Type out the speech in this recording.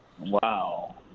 Wow